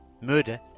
Murder